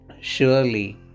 Surely